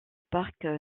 parc